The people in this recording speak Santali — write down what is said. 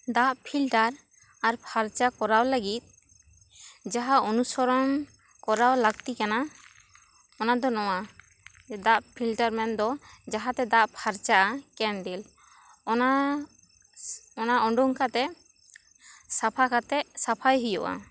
ᱫᱟᱜ ᱯᱷᱤᱞᱴᱟᱨ ᱟᱨ ᱯᱷᱟ ᱨᱪᱟ ᱠᱚᱨᱟᱣ ᱞᱟ ᱜᱤᱫ ᱡᱟᱦᱟᱸ ᱚᱱᱩᱥᱚᱨᱚᱱ ᱠᱚᱨᱟᱣ ᱞᱟ ᱠᱛᱤ ᱠᱟᱱᱟ ᱚᱱᱟ ᱫᱚ ᱱᱚᱣᱟ ᱫᱟᱜ ᱯᱷᱤᱞᱴᱟᱨ ᱢᱮᱱ ᱫᱚ ᱡᱟᱦᱟᱸ ᱛᱮ ᱫᱟᱜ ᱯᱷᱟᱨᱪᱟᱜᱼᱟ ᱠᱮᱱᱰᱤᱞ ᱚᱱᱟ ᱚᱱᱟ ᱩᱰᱩᱝ ᱠᱟᱛᱮ ᱥᱟᱯᱷᱟ ᱠᱟᱛᱮ ᱥᱟᱯᱷᱟᱭ ᱦᱩᱭᱩᱜᱼᱟ